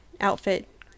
outfit